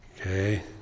Okay